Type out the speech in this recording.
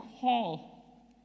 call